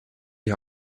die